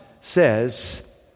says